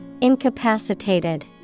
incapacitated